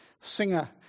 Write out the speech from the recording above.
singer